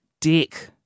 dick